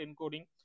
encoding